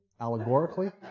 allegorically